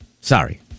Sorry